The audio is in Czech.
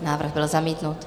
Návrh byl zamítnut.